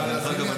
דרך אגב,